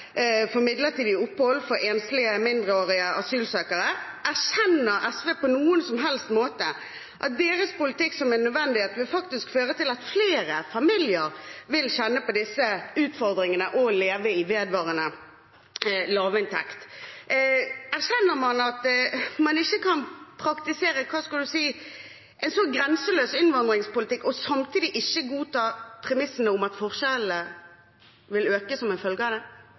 for midlertidig opphold for enslige mindreårige asylsøkere. Erkjenner SV på noen som helst måte at deres politikk faktisk vil føre til at flere familier vil kjenne på utfordringene ved å leve med vedvarende lavinntekt? Erkjenner man at man ikke kan praktisere – hva skal man si – en slik grenseløs innvandringspolitikk og samtidig ikke godta premisset om at forskjellene vil øke som en